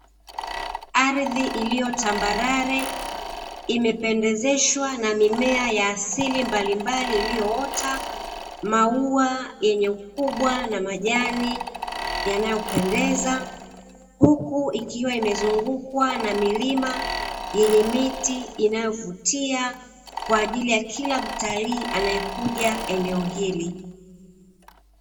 Ardhi iliyo tambarare imependezeshwa na mimea ya asili mbalimbali iliyoota maua yenye ukubwa na majani yanayopendeza, huku ikiwa imezungukwa na milima yenye miti inayovutia kwa ajili ya kila mtalii anaekuja eneo hili.